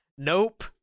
Nope